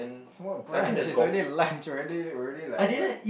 what brunch is already lunch already already like what